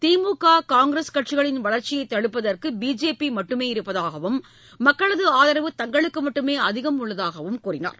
திமுக Congress கட்சிகளின் வளர்ச்சியை தடுப்பதற்கு பிஜேபி மட்டுமே இருப்பதாகவும் மக்களது ஆதரவு தங்களுக்கு மட்டுமே அதிகம் உள்ளதாகவும் தெரிவித்தார்